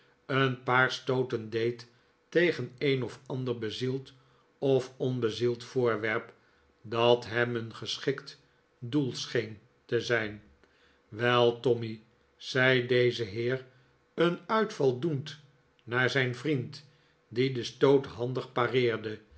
een paar stooten deed tegen een of ander bezield of onbezield voorwerp dat hem een geschikt doel scheen te zijn wel tommy zei deze heer een uitval doend naar zijn vriend die den stoot handig pareerde